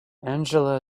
angela